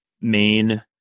main